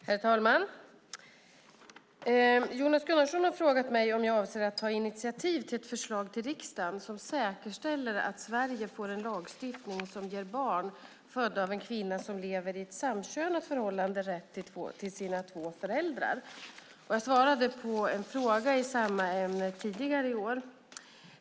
Herr talman! Jonas Gunnarsson har frågat mig om jag avser att ta initiativ till ett förslag till riksdagen som säkerställer att Sverige får en lagstiftning som ger barn födda av en kvinna som lever i ett samkönat förhållande rätt till sina två föräldrar. Jag svarade på en fråga i samma ämne tidigare i år .